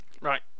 Right